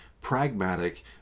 pragmatic